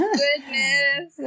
goodness